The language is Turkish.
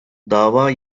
dava